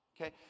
Okay